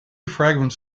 fragments